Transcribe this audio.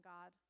God